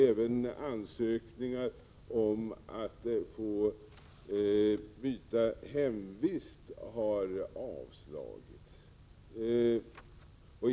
Även ansökningar om att få byta hemvist har avslagits.